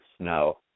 snow